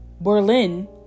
Berlin